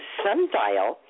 sundial